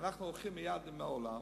ואנחנו הולכים מייד עם העולם,